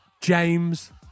James